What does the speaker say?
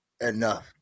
enough